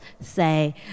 say